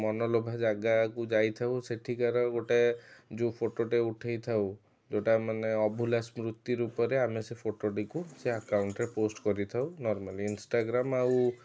ମନଲୋଭା ଜାଗାକୁ ଯାଇଥାଉ ସେଠିକାର ଗୋଟେ ଯେଉଁ ଫଟୋଟେ ଉଠାଇଥାଉ ଯେଉଁଟା ମାନେ ଅଭୁଲା ସ୍ମୃତି ରୂପରେ ଆମେ ସେଇ ଫଟୋଟିକୁ ସେ ଆକାଉଣ୍ଟରେ ପୋଷ୍ଟ କରିଥାଉ ନର୍ମାଲି ଇନଷ୍ଟାଗ୍ରାମ୍ ଆଉ